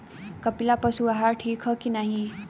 कपिला पशु आहार ठीक ह कि नाही?